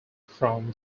from